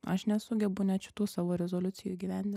aš nesugebu net šitų savo rezoliucijų įgyvendin